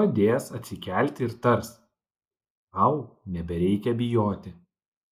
padės atsikelti ir tars tau nebereikia bijoti